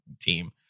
team